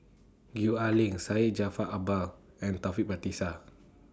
Gwee Ah Leng Syed Jaafar Albar and Taufik Batisah